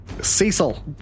Cecil